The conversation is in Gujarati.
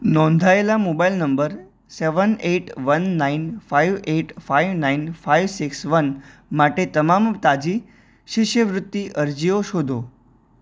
નોંધાયેલા mobile number seven eight one nine five eight five nine five six one માટે તમામ તાજી શિષ્યવૃત્તિ અરજીઓ શોધો